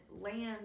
land